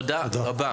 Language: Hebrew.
תודה רבה.